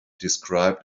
described